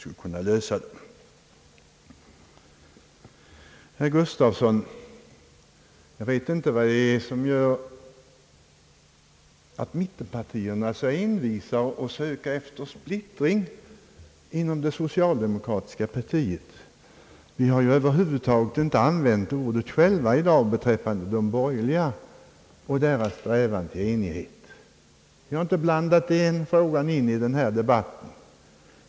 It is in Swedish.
Jag vet inte, herr Gustafsson, vad det är som gör att mittenpartierna är så envisa med att söka efter splittring inom det socialdemokratiska partiet. Vi har över huvud taget inte använt det ordet själva i dag beträffande de borgerliga partierna och deras strävan till enighet. Vi har inte blandat in den frågan i denna debatt.